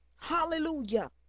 hallelujah